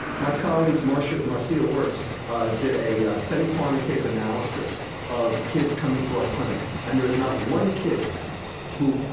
my colleague marcia marcia wertz did a semi-quantitative analysis of kids coming through our clinic. and there is not one kid who,